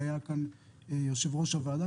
היה כאן יושב ראש הוועדה,